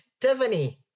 Tiffany